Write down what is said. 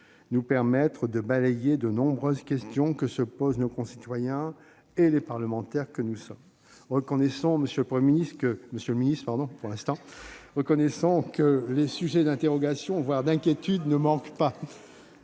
nous permettre de balayer de nombreuses questions de nos concitoyens et des parlementaires que nous sommes. Reconnaissons-le, les sujets d'interrogation, voire d'inquiétude, ne manquent pas.